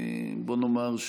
בוא נאמר,